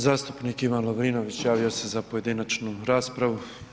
Zastupnik Ivan Lovrinović javio se za pojedinačnu raspravu.